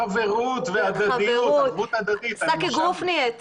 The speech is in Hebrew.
רואי חצוף, אני שק האגרוף של יחידת